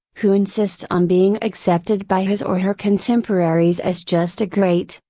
who insists on being accepted by his or her contemporaries as just a great,